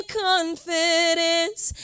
confidence